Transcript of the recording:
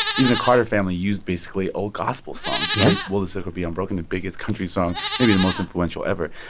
even the carter family used, basically, old gospel songs yeah will the circle be unbroken, the biggest country song, maybe the most influential ever.